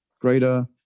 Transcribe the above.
greater